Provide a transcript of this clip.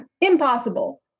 impossible